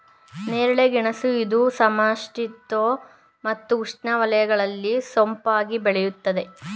ನೇರಳೆ ಗೆಣಸು ಇದು ಸಮಶೀತೋಷ್ಣ ಮತ್ತು ಉಷ್ಣವಲಯಗಳಲ್ಲಿ ಸೊಂಪಾಗಿ ಬೆಳೆಯುತ್ತದೆ